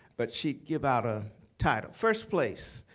but she gave out a title first place,